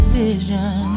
vision